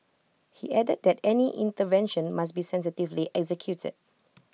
he added that any intervention must be sensitively executed